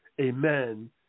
amen